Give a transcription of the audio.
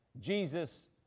Jesus